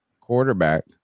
quarterback